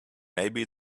maybe